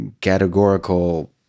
categorical